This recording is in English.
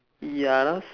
ya